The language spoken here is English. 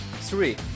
Three